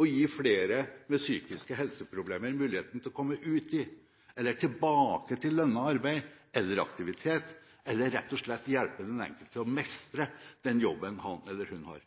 å gi flere med psykiske helseproblemer muligheten til å komme ut i eller tilbake til lønnet arbeid eller aktivitet, eller rett og slett hjelpe den enkelte til å mestre den jobben han eller hun har.